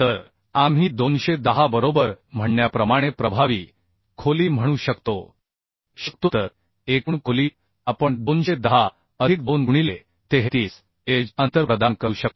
तर आम्ही 210 बरोबर म्हणण्याप्रमाणे प्रभावी खोली म्हणू शकतो शकतो तर एकूण खोली आपण 210 अधिक 2 गुणिले 33 एज अंतर प्रदान करू शकतो